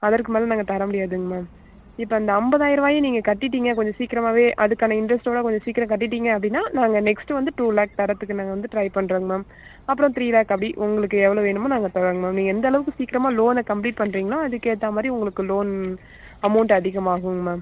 அதற்கு மேலே நாங்கள் தர முடியாதுங்க மேம் இப்போ அந்த ஐம்பதாயிருவாயும் நீங்கள் கட்டிட்டீங்க கொஞ்சம் சீக்கிரமாகவே அதற்கான இன்ட்ரஸ்ட்டோட கொஞ்சம் சீக்கிரம் கட்டிவிட்டீங்க அப்படின்னா நாங்கள் நெக்ஸ்ட்டு வந்து டூ லேக் தரதுக்கு நாங்கள் வந்து ட்ரைப் பண்றோங்க மேம் அப்புறம் த்ரீ லேக் அப்படி உங்களுக்கு எவ்வளோ வேணுமோ நாங்க தரோங்க மேம் நீங்கள் எந்த அளவுக்கு சீக்கிரமாக லோனை கம்ப்ளீட் பண்ணுறீங்களோ அதற்கேத்தமாரி உங்களுக்கு லோன் அமௌன்ட்டு அதிகமாகுங்க மேம்